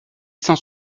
cent